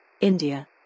India